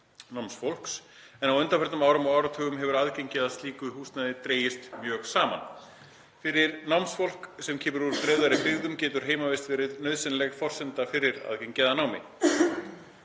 námsfólks, en á undanförnum árum og áratugum hefur aðgengi að slíku húsnæði dregist mjög saman. Fyrir námsfólk sem kemur úr dreifðari byggðum getur heimavist verið nauðsynleg forsenda fyrir aðgengi að námi.